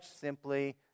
simply